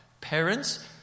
parents